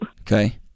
okay